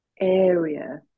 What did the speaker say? area